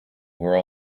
were